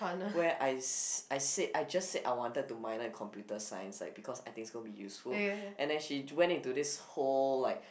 where I said I just said I wanted to minor in computer science like because I think it's gonna be useful and then she went into this whole like